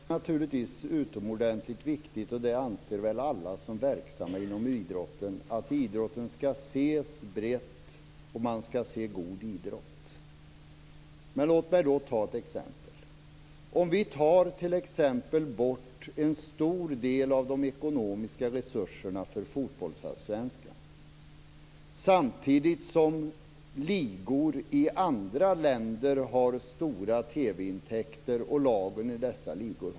Fru talman! Det är naturligtvis utomordentligt viktigt - det anser väl alla som är verksamma inom idrotten - att idrotten skall ses brett och att man skall se god idrott. Men låt oss säga att vi t.ex. tar bort en stor del av de ekonomiska resurserna för fotbollsallsvenskan, samtidigt som ligor i andra länder och lagen i dessa ligor har stora TV-intäkter.